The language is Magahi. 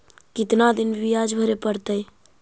कितना दिन बियाज भरे परतैय?